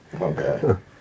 okay